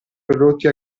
prodotti